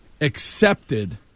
accepted